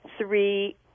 three